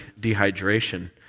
dehydration